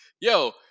yo